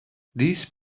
these